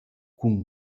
cun